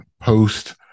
post